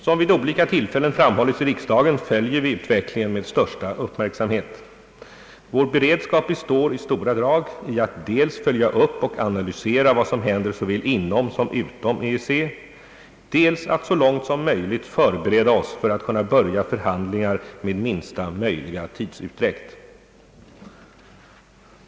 Som vid olika tillfällen framhållits i riksdagen följer vi utvecklingen med största uppmärksamhet. Vår beredskap består i stora drag i att dels följa upp och analysera vad som händer såväl inom som utom EEC, dels att så långt som möjligt förbereda oss för att kunna börja förhandlingar med minsta möjliga tidsutdräkt.